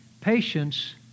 Patience